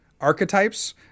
archetypes